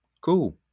Cool